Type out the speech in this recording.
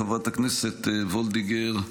חברת הכנסת וולדיגר,